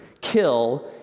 kill